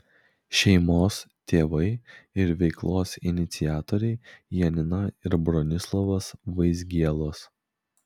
šeimos tėvai ir veiklos iniciatoriai janina ir bronislovas vaizgielos